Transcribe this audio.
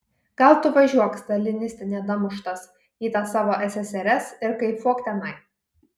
gal tu važiuok staliniste nedamuštas į tą savo sssr ir kaifuok tenai